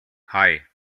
hei